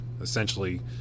essentially